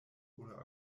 oder